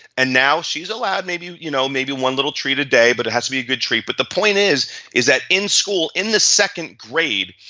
and now she's allowed maybe, you you know, maybe one little treat a day but it has to be a treat, but the point is is that in school in the second grade,